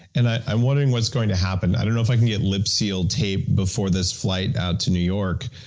and i'm wondering what's going to happen. i don't know if i can get lipseal tape before this flight out to new york,